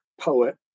poet